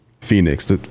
Phoenix